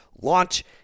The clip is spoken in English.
launch